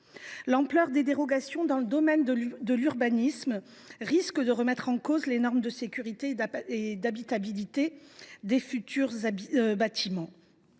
L’ampleur des dérogations proposées dans le domaine de l’urbanisme risque de remettre en cause les normes de sécurité et d’habitabilité des futurs bâtiments.